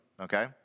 okay